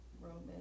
Roman